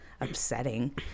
upsetting